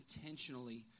intentionally